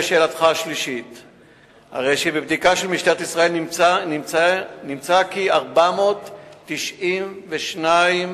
3. בבדיקה של משטרת ישראל נמצא כי בשנת 2009